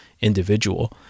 individual